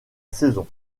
saison